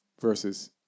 versus